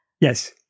Yes